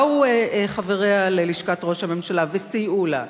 באו חבריה ללשכת ראש הממשלה וסייעו לה,